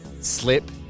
Slip